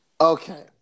Okay